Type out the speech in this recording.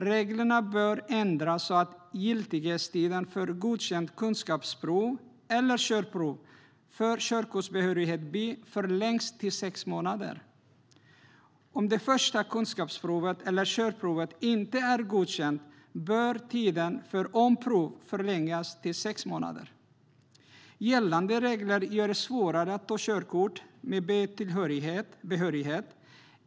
Reglerna bör ändras så att giltighetstiden för godkänt kunskapsprov eller körprov för körkortsbehörighet B förlängs till sex månader. Om det första kunskapsprovet eller körprovet inte är godkänt bör tiden för omprov förlängas till sex månader. Gällande regler gör det svårare att ta körkort med B-behörighet.